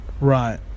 Right